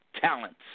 talents